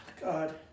God